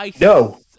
No